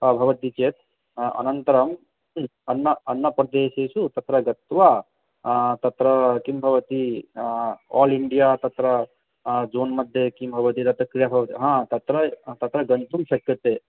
भवति चेत् अनन्तरं अन्न अन्न प्रदेशेषु तत्र गत्वा तत्र किं भवति ओल् इण्डिया तत्र जून् मध्ये किं भवति तत् क्रीडा भवति हा तत्र तत्र गन्तुं शक्यते